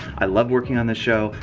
i love working on this show.